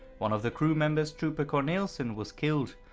one of the crewmembers, trooper cornelssen was killed,